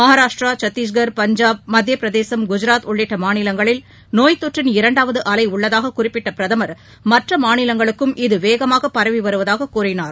மகாராஷ்டிரா சத்தீஷ்கா் பஞ்சாப் மத்தியப்பிரதேசம் குஜராத் உள்ளிட்ட மாநிலங்களில் நோய் தொற்றின் இரண்டாவது அலை உள்ளதாக குறிப்பிட்ட பிரதமர் மற்ற மாநிலங்களுக்கும் இது வேகமாக பரவி வருவதாக கூறினார்